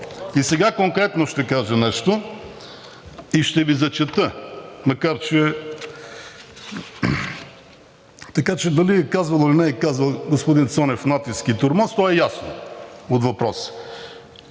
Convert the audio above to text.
И сега конкретно ще кажа нещо и ще Ви зачета. Така че дали е казвал, или не е казвал господин Цонев „натиск и тормоз“, то е ясно от въпроса.